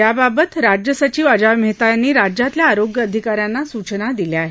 याबाबत राज्य सचिव अजॉय मेहता यांनी राज्यातल्या आरोग्य अधिका यांना सूचना दिल्या आहेत